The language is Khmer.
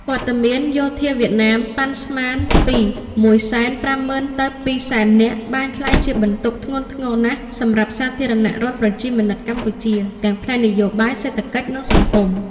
វត្តមានយោធាវៀតណាមប៉ាន់ស្មានពី ១៥០.០០០ ទៅ ២០០.០០០ នាក់ បានក្លាយជាបន្ទុកធ្ងន់ធ្ងរណាស់សម្រាប់ សាធារណរដ្ឋប្រជាមានិតកម្ពុជា ទាំងផ្នែកនយោបាយ សេដ្ឋកិច្ច និងសង្គម។